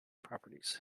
properties